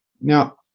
Now